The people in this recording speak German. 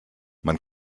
man